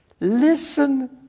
Listen